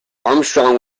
armstrong